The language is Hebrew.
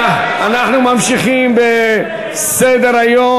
אנחנו ממשיכים בסדר-היום: